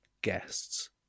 guests